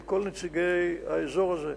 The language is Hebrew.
עם כל נציגי האזור הזה,